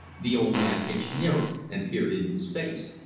the old man hitched nearer and peered in his face.